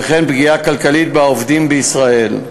וכן פגיעה כלכלית בעובדים בישראל.